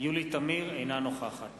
אינה נוכחת